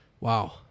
Wow